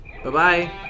Bye-bye